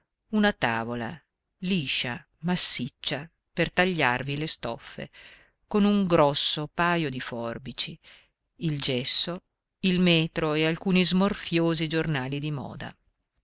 una tavola liscia massiccia per tagliarvi le stoffe con un grosso pajo di forbici il gesso il metro e alcuni smorfiosi giornali di moda